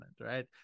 Right